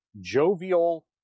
jovial